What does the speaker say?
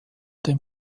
den